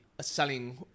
selling